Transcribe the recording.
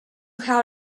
how